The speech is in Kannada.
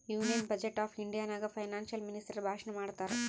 ಯೂನಿಯನ್ ಬಜೆಟ್ ಆಫ್ ಇಂಡಿಯಾ ನಾಗ್ ಫೈನಾನ್ಸಿಯಲ್ ಮಿನಿಸ್ಟರ್ ಭಾಷಣ್ ಮಾಡ್ತಾರ್